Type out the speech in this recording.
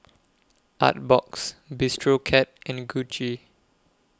Artbox Bistro Cat and Gucci